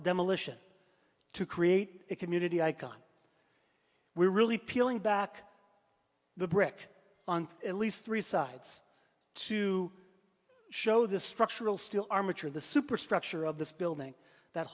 demolition to create a community icon we're really peeling back the brick on at least three sides to show the structural steel armature the superstructure of this building that